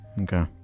Okay